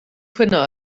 cwyno